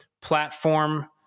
platform